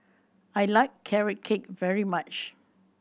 I like Carrot Cake very much